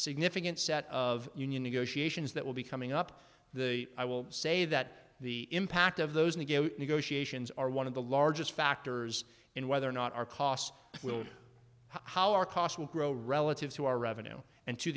significant set of union negotiations that will be coming up the i will say that the impact of those negate negotiations are one of the largest factors in whether or not our costs will how our cost will grow relatives who are revenue and to